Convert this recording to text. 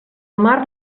mar